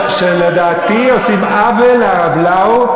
שלדעתי עושים עוול לרב לאו,